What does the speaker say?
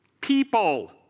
people